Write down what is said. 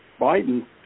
Biden